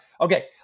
Okay